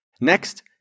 Next